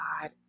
god